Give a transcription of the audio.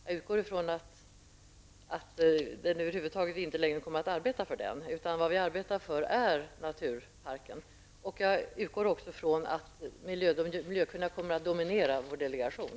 Jag utgår från att vi över huvud taget inte längre kommer att arbeta för mineralkonventionen utan att det vi arbetar för är en naturpark. Jag utgår också från att de miljökunniga kommer att dominera vår delegation.